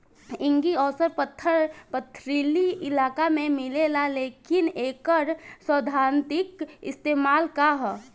Igneous पत्थर पथरीली इलाका में मिलेला लेकिन एकर सैद्धांतिक इस्तेमाल का ह?